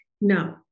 no